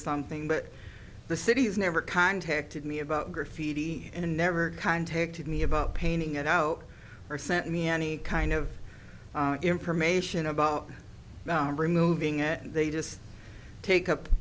something but the city has never contacted me about graffiti and never contacted me about painting it out or sent me any kind of information about them removing it they just take up